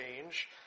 change